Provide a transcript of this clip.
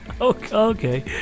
Okay